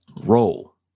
Roll